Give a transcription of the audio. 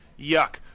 Yuck